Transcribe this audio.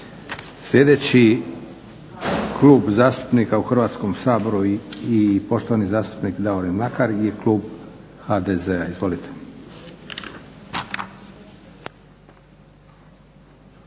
Sljedeći klub zastupnika u Hrvatskom saboru i poštovani zastupnik Davorin Mladar i klub HDZ-a. Izvolite.